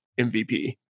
MVP